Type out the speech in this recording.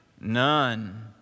None